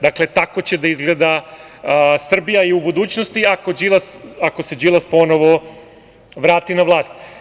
Dakle, tako će da izgleda Srbija i u budućnosti ako se Đilas ponovo vrati na vlast.